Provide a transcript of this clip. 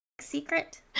Secret